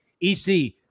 EC